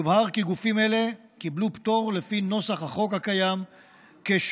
יובהר כי גופים אלה קיבלו פטור לפי נוסח החוק הקיים כ"שלוחות",